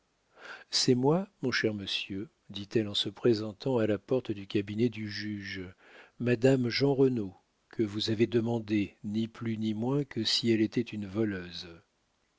c'est moi mon cher monsieur dit-elle en se présentant à la porte du cabinet du juge madame jeanrenaud que vous avez demandée ni plus ni moins que si elle était une voleuse